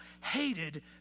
hated